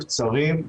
קצרים,